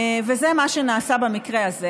זה מה שנעשה במקרה הזה.